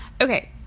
Okay